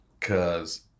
cause